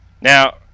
Now